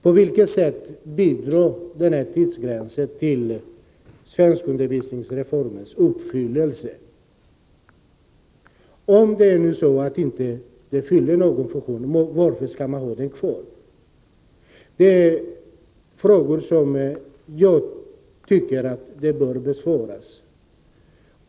På vilket sätt bidrar denna tidsgräns till att man uppfyller målsättningen för svenskundervisningsreformen? Om tidsgränsen inte fyller någon funktion, varför skall man då ha den kvar?